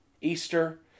Easter